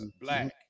black